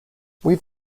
weave